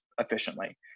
efficiently